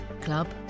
club